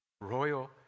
royal